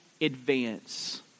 advance